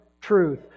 truth